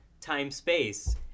time-space